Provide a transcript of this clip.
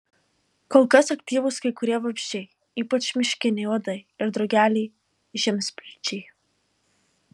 kol kas aktyvūs kai kurie vabzdžiai ypač miškiniai uodai ir drugeliai žiemsprindžiai